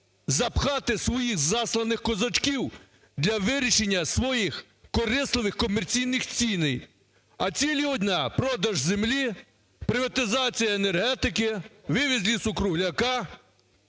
запхати своїх засланих козачків для вирішення своїх корисливих комерційних цілей. А ціль одна – продаж землі, приватизація енергетики, вивіз лісу-кругляка